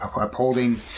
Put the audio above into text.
upholding